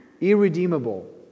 irredeemable